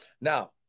Now